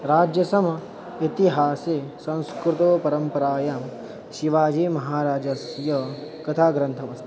राज्यसमे इतिहासे संस्कृतौ परम्परायां शिवाजीमहाराजस्य कथाग्रन्थमस्ति